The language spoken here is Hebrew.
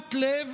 תשומת לב